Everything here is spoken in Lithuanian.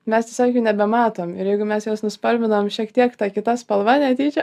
mes tiesiog jų nebematom ir jeigu mes juos nuspalvinam šiek tiek ta kita spalva netyčia